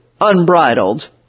unbridled